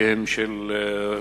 שהם של פורום